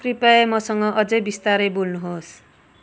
कृपया मसँग अझै बिस्तारै बोल्नुहोस्